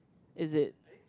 is it